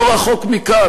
לא רחוק מכאן,